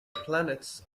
planets